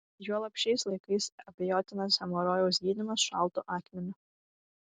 juolab šiais laikais abejotinas hemorojaus gydymas šaltu akmeniu